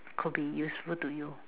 could be useful to you